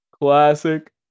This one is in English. Classic